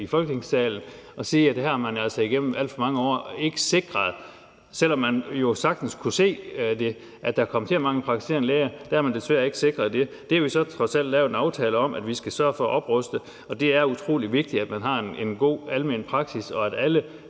i Folketingssalen og sige, at her har man altså igennem alt for mange år ikke sikret, at der var nok, selv om man sagtens kunne se, at der ville komme til at mangle praktiserende læger. Det har vi så trods alt lavet en aftale om, altså at vi skal sørge for at opruste, og det er utrolig vigtigt, at man har en god almen praksis, og at alle